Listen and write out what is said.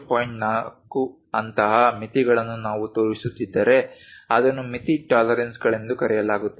4 ಅಂತಹ ಮಿತಿಗಳನ್ನು ನಾವು ತೋರಿಸುತ್ತಿದ್ದರೆ ಅದನ್ನು ಮಿತಿ ಟಾಲರೆನ್ಸ್ಗಳೆಂದು ಕರೆಯಲಾಗುತ್ತದೆ